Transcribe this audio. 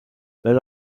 let